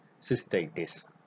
cystitis